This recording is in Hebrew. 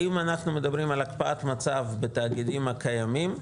האם אנחנו מדברים על הקפאת מצב בתאגידים הקיימים,